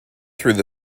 through